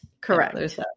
correct